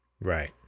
Right